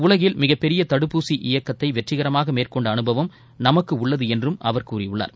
உலகில் மிகப்பெரிய தடுப்பூசி இயக்கத்தை வெற்றிகரமாக மேற்கொண்ட அனுபவம் நமக்கு உள்ளது என்றும் அவர் கூறியுள்ளார்